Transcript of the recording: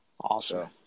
Awesome